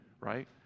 right